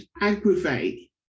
aggravate